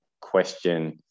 question